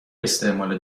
استعمال